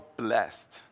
blessed